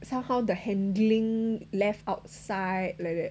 somehow the handling left outside like that